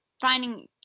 finding